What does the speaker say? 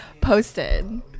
posted